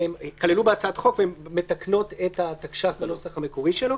שהם כללו בהצעת החוק ומתקנות את התקש"ח בנוסח המקורי שלו.